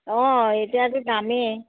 অ' এতিয়াটো দামেই